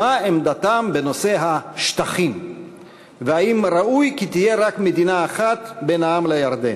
מה עמדתם בנושא השטחים והאם ראוי כי תהיה רק מדינה אחת בין הים לירדן.